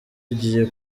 ugiye